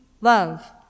love